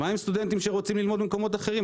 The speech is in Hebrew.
מה עם סטודנטים שרוצים ללמוד במקומות אחרים?